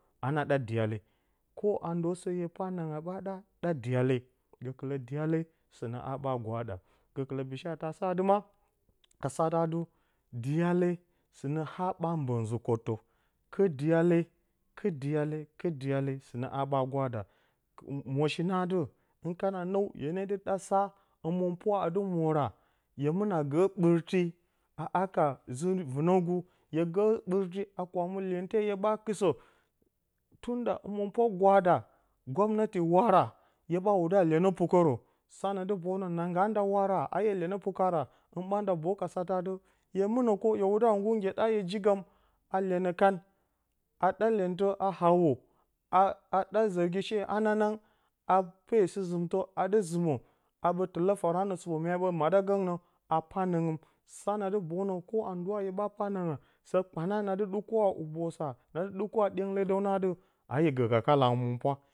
A na ɗa diyale. ko a ndo sǝ hye pa nanga ɓa ɗa, ɗa diyale. Gǝkɨlǝ diyale, sɨnǝ a ɓa gwa da. Gǝkɨlǝ a sa atɨ, ka satǝ atɨ, diyale sɨnǝ a ɓa mbǝ dǝ nzǝ-kottǝ. Kɨr diyale, kɨr diyale. kɨr diyale. Sɨnǝ a ɓa gwa da mwosho nǝ atɨ, hɨn kana nǝw hye ne dɨ sa hǝmɨnpwa a dɨ mora, hye mɨnǝ a gǝ ɓɨrti a haka zɨ vɨnǝgu. Hye gǝ ɓɨrti a kwaamɨ lyente hye ɓa kɨsǝ hǝmɨnpwa gwada, nggwamnati wara, hye ɓa wudo a lyenǝ pukǝrǝ, sa na dɨ boyu nǝ. na ngganda wara, a hye lyenǝ pukǝrǝ, hɨn ɓanda boyu ka satǝ atɨ, hye mɨnǝ ko hye wudo a nggur nyeɗa yǝ jigǝm a lyenǝ kan. A ɗa lyentǝ a hawo a ɗa zǝrgi she ananang. A pe sɨ-zɨmtǝ a dɨ zɨmǝ a ɓǝ tɨlǝ faranǝ supo, mya ɓǝ maɗa gǝngnǝ a pa nǝngǝm. sa na dɨ boyu nǝ a nduwa hye ɓa pa nanga, sǝ kpana na dɨ ɗɨku a hubosa, na dɨ ɗɨku a ɗyengle dǝw nǝ atɨ a hye gǝ ka kala hǝmɨnpwa.